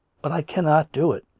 but i cannot do it!